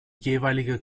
jeweilige